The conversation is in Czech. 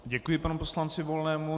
Děkuji panu poslanci Volnému.